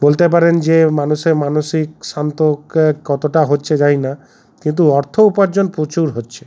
বলতে পারেন যে মানুষের মানসিক শান্ত কতোটা হচ্ছে জানি না কিন্তু অর্থ উপার্জন প্রচুর হচ্ছে